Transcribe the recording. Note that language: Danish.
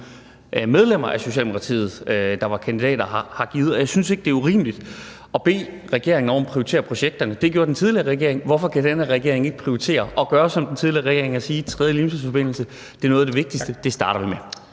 medlemmerne af Socialdemokratiet, der var kandidater, har givet. Jeg synes ikke, det er urimeligt at bede regeringen om at prioritere projekterne. Det gjorde den tidligere regering. Hvorfor kan den her regering ikke prioritere og gøre som den tidligere regering og sige: Tredje Limfjordsforbindelse er noget af det vigtigste; det starter vi med?